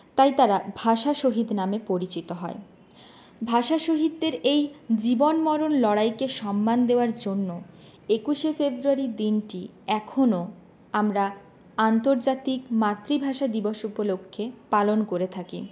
তাই তারা ভাষা শহিদ নামে পরিচিত হয় ভাষাশহিদদের এই জীবনমরণ লড়াইকে সম্মান দেওয়ার জন্য একুশে ফেব্রুয়ারি দিনটি এখনও আমরা আন্তর্জাতিক মাতৃভাষা দিবস উপলক্ষ্যে পালন করে থাকি